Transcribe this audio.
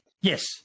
Yes